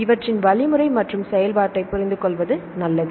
இவற்றின் வழிமுறை மற்றும் செயல்பாட்டைப் புரிந்துகொள்வது நல்லது